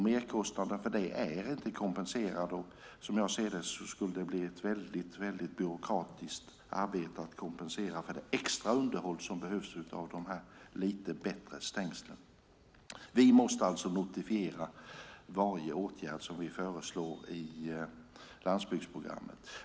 Merkostnaden för detta är inte kompenserad, och som jag ser det skulle det bli ett väldigt byråkratiskt arbete att kompensera för det extra underhåll som behövs när det gäller dessa lite bättre stängsel. Vi måste alltså notifiera varje åtgärd som vi föreslår i landsbygdsprogrammet.